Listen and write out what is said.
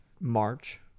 March